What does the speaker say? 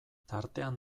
tartean